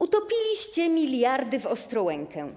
Utopiliście miliardy w Ostrołękę,